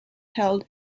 held